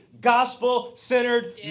Gospel-centered